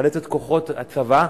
לחלץ את כוחות הצבא,